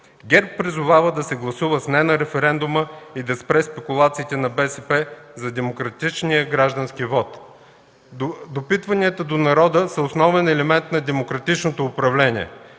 ГЕРБ призовава да се гласува с „не” на референдума и да спрат спекулациите на БСП за демократичния граждански вот. Допитванията до народа са основен елемент на демократичното управление.